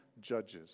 judges